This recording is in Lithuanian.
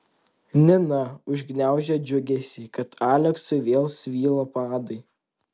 nina užgniaužė džiugesį kad aleksui vėl svyla padai